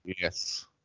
Yes